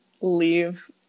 leave